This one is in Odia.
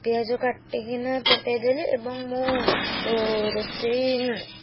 ପିଆଜ କାଟିକିନା ପକାଇଦେଲି ଏବଂ ମୁଁ ରୋଷେଇ